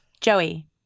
Joey